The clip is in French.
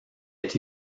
est